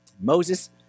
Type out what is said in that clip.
Moses